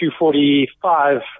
245